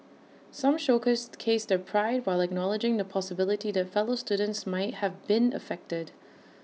some showcased case their pride while acknowledging the possibility that fellow students might have been affected